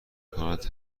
کند